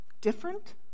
different